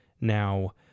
now